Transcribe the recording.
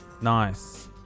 Nice